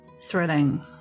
thrilling